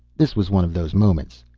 this was one of those moments.